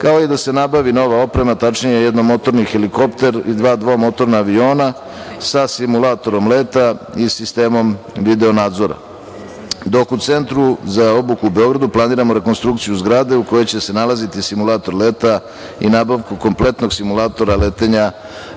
kao i da se nabavi nova oprema, tačnije jednomotorni helikopter i dva dvomotorna aviona sa simulatorom leta i sistemom video-nadzora, dok u Centru za obuku u Beogradu planiramo rekonstrukciju zgrade u kojoj će se nalaziti simulator leta i nabavku kompletnog simulatora letenja